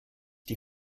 die